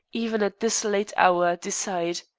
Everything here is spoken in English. even at this late hour, decide.